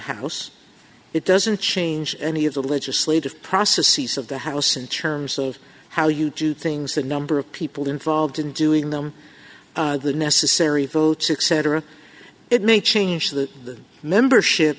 house it doesn't change any of the legislative process sees of the house in terms of how you do things the number of people involved in doing them the necessary votes accent or it may change the membership